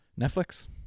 Netflix